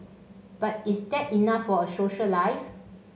but is that enough for a social life